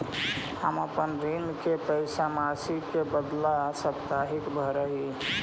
हम अपन ऋण के पैसा मासिक के बदला साप्ताहिक भरअ ही